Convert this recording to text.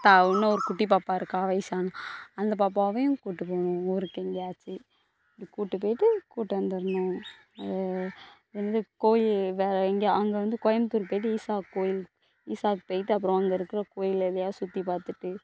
தா உன்னும் ஒரு குட்டி பாப்பா இருக்கா வைச்சான் அந்த பாப்பாவையும் கூப்பிட்டு போகணும் ஊருக்கு எங்கேயாச்சி இப்படி கூப்பிட்டு போயிட்டு கூப்பிட்டு வந்துடணும் அது என்னது கோயில் வேற எங்கே அங்கே வந்து கோயம்புத்துர் போய்ட்டு ஈஷா கோயில் ஈஷாவுக்கு போய்ட்டு அப்புறம் அங்கே இருக்கிற கோயில் எதையாவது சுற்றிப்பார்த்துட்டு